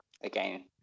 again